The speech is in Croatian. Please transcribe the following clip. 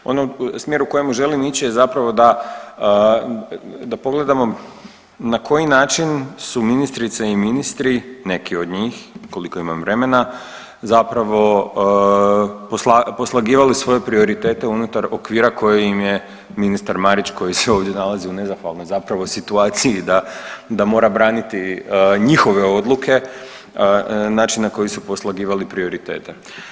U onom smjeru u kojem želim ići je zapravo da pogledamo na koji način su ministrice i ministri, neki od njih koliko imam vremena zapravo poslagivali svoje prioritete unutar okvira koje im je ministar Marić koji se nalazi ovdje u nezahvalnoj zapravo situaciji da mora braniti njihove odluke, način na koji su poslagivali prioritete.